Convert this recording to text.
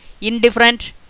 indifferent